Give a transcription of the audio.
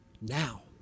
Now